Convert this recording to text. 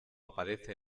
aparece